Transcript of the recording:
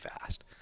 fast